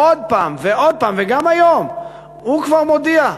עוד פעם ועוד פעם, וגם היום הוא כבר מודיע: